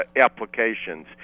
applications